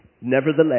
Nevertheless